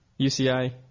UCI